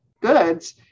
goods